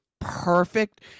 perfect